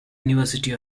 university